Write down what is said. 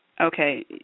Okay